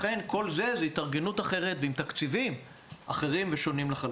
כל זה מחייב התארגנות אחרת ועם תקציבים אחרים ושונים לחלוטין.